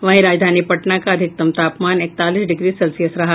वहीं राजधानी पटना का अधिकतम तापमान इकतालीस डिग्री सेल्सियस रहा